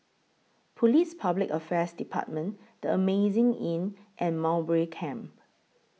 Police Public Affairs department The Amazing Inn and Mowbray Camp